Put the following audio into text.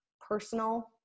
personal